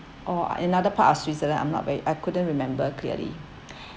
or another part of switzerland I'm not very I couldn't remember clearly